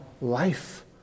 life